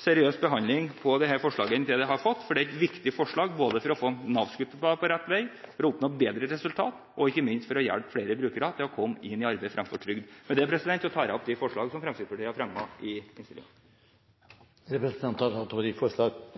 seriøs behandling av dette forslaget enn det har fått, for det er et viktig forslag for å få Nav-skuta på rett vei, for å oppnå et bedre resultat og ikke minst for å hjelpe flere brukere til å komme inn i arbeid fremfor trygd. Med det tar jeg opp de forslag som Fremskrittspartiet har fremmet i innstillingen. Representanten Robert Eriksson har tatt opp de